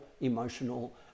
emotional